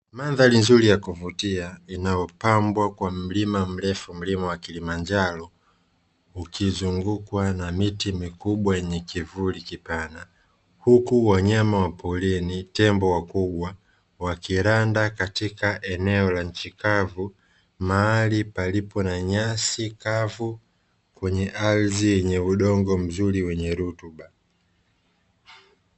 Mandhari nzuri ya kuvutia inayopambwa kwa mlima mrefu mlima wa kilimanjaro ukizungukwa na miti mikubwa yenye kivuli kipana huku wanyama wa porini tembo wakubwa wa kiranda katika eneo la nchikavu mahali palipo na nyasi kavu kwenye ardhi yenye udongo mzuri wenye rutuba.